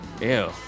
Ew